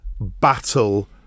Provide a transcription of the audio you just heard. Battle